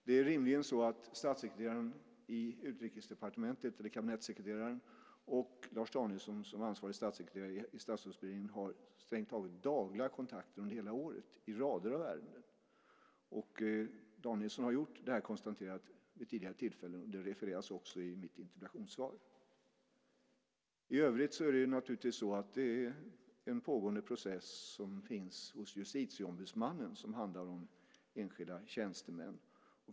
Det är rimligen så att kabinettssekreteraren i Utrikesdepartementet och Lars Danielsson som ansvarig statssekreterare i Statsrådsberedningen har strängt taget dagliga kontakter under hela året i rader av ärenden. Danielsson har gjort det här konstaterandet vid tidigare tillfällen. Det refereras också i mitt interpellationssvar. I övrigt är detta en pågående process som finns hos Justitieombudsmannen och som handlar om enskilda tjänstemän.